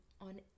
on